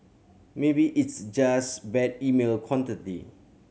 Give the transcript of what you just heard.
maybe it's just bad email quantity